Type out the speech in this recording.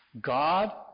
God